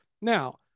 now